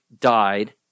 died